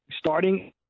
starting